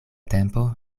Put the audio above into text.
tempo